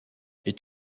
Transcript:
est